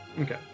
Okay